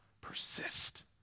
Persist